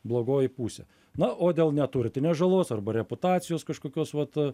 blogoji pusė na o dėl neturtinės žalos arba reputacijos kažkokios vat